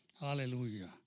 Hallelujah